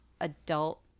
adult